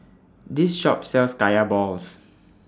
This Shop sells Kaya Balls